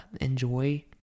enjoy